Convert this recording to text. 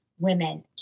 women